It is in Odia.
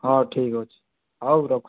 ହଁ ଠିକ୍ ଅଛି ହଉ ରଖୁଛି